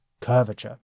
curvature